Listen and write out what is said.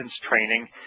Training